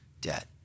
debt